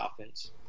offense